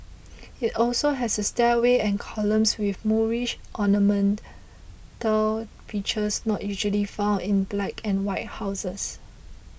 it also has a stairway and columns with Moorish ornamental features not usually found in black and white houses